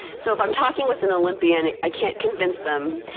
so if i'm talking with an olympian, i can't convince them